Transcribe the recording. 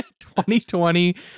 2020